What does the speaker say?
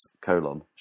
colon